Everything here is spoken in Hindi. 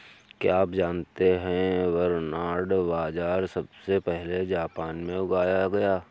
क्या आप जानते है बरनार्ड बाजरा सबसे पहले जापान में उगाया गया